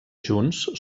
junts